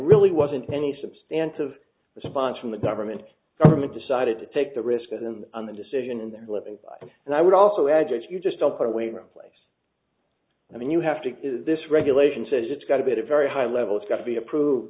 really wasn't any substantial of response from the government government decided to take the risk of them on the decision in their living and i would also add that you just don't put away the place i mean you have to this regulation says it's got a bit of very high level it's got to be approved